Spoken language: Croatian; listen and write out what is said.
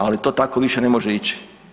Ali to tako više ne može ići.